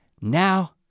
now